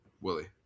Willie